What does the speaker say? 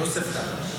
מיוספטל.